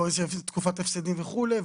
או תקופת הפסדים וכולי,